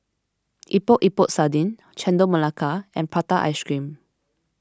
Epok Epok Sardin Chendol Melaka and Prata Ice Cream